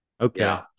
Okay